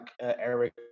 Eric